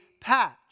patch